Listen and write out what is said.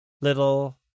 little